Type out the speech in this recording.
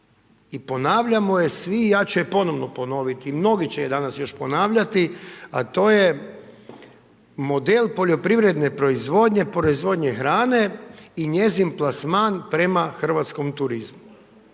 i ponavljamo je svi, ja ću je ponovno ponoviti, mnogi će je danas još ponavljati, a to je model poljoprivredne proizvodnje, proizvodnje hrane i njezin plasman prema hrvatskom turizmu.